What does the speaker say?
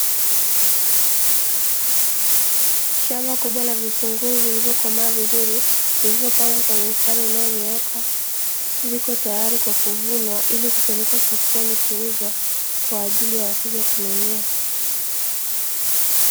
Shamba kubwa la vitunguu vilivyokomaa vizuri vilivyopangwa kwenye mstari ulionyooka, viko tayari kwa kuvunwa ili kupelekwa sokoni kuuzwa kwa ajili ya wateja kununua.